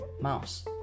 mouse